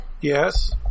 Yes